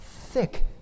thick